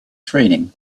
training